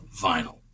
vinyl